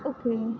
okay